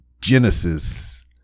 Genesis